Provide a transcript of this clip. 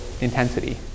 intensity